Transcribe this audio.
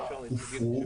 הופרו,